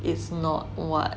it's not [what]